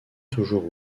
toujours